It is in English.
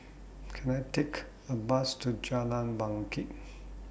Can I Take A Bus to Jalan Bangket